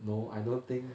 no I don't think